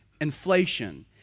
inflation